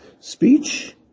Speech